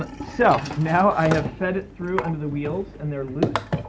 but so now i have fed it through under the wheels and they're loose.